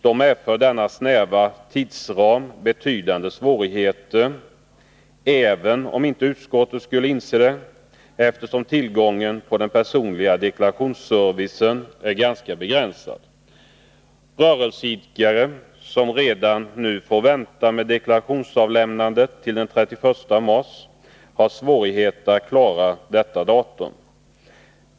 Då medför denna snäva tidsram betydande svårigheter — även om inte utskottet tycks inse det — eftersom tillgången på personlig deklarationsservice är ganska begränsad. Rörelseidkare, som redan nu får vänta med deklarationsavlämnandet till den 31 mars, har svårigheter att klara avlämnandet före detta datum.